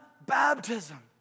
baptism